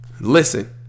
Listen